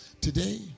today